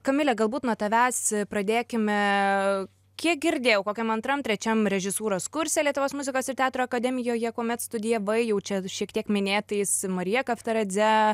kamile galbūt nuo tavęs pradėkime kiek girdėjau kokiam antram trečiam režisūros kurse lietuvos muzikos ir teatro akademijoje kuomet studijavai jau čia šiek tiek minėtais marija kavaredze